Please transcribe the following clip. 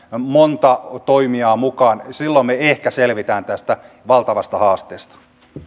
monta toimijaa mukaan silloin me ehkä selviämme tästä valtavasta haasteesta